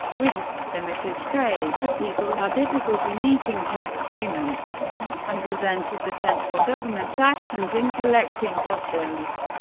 with limited trade, the people had difficulty meeting tax payments and resented the central government's actions in collecting customs.